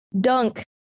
dunk